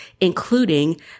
including